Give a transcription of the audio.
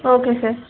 okay sir